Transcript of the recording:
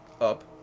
up